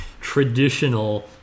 traditional